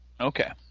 Okay